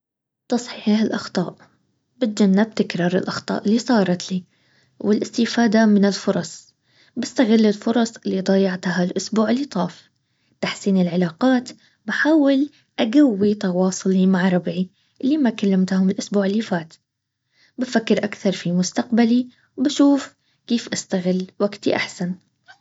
تصحيح الاخطاء. بتجنب تكرار الاخطاء اللي صارت لي والإستفادة من الفرص، بستغل الفرص اللي ضيعتها هالأسبوع اللي طاف.،تحسين العلاقات، بحاول اقوي تواصلي مع ربعي اللي ما كلمتهم الاسبوع اللي فات ،بفكر اكثر في مستقبلي بشوف كيف بشتغل وقتي احسن